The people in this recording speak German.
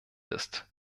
ist